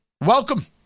welcome